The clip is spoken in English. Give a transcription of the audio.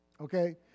Okay